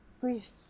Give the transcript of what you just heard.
Brief